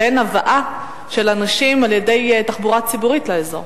שאין הבאה של אנשים על-ידי תחבורה ציבורית לאזור.